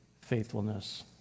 faithfulness